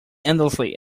endlessly